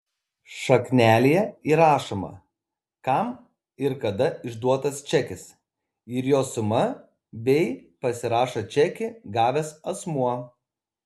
šaknelėje įrašoma kam ir kada išduotas čekis ir jo suma bei pasirašo čekį gavęs asmuo